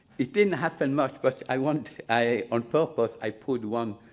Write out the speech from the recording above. it didn't happen much, but i want i, on purpose, i put one